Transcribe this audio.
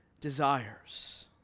desires